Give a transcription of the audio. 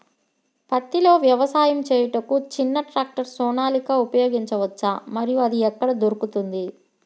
పత్తిలో వ్యవసాయము చేయుటకు చిన్న ట్రాక్టర్ సోనాలిక ఉపయోగించవచ్చా మరియు అది ఎక్కడ దొరుకుతుంది?